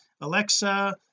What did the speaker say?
alexa